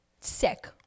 sick